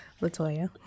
Latoya